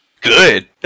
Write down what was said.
good